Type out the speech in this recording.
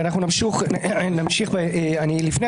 אני מציע שנמשיך אולי לדון על זה כשנרד לפרטים